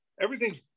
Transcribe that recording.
everything's